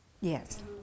Yes